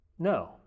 No